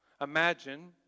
Imagine